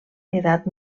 edat